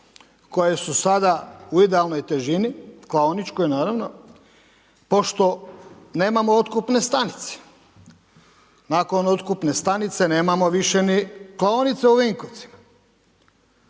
koji su sada u idealnoj težini, klaoničkoj naravno, pošto nemamo otkupne stanice. Nakon otkupne stanice nemamo više ni klaonice u Vinkovcima.